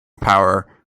power